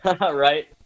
Right